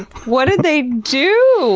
what did they do!